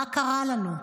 מה קרה לנו?